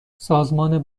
سازمان